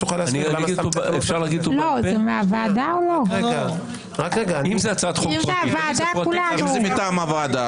אם הוועדה- -- אם זה מטעם הוועדה,